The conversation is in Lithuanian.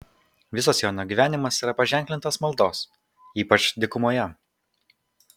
visas jono gyvenimas yra paženklintas maldos ypač dykumoje